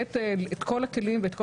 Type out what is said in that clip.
ולתת את כל הכלים ואת כל